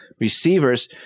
receivers